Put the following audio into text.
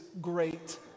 great